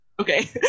okay